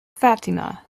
fatima